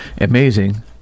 Amazing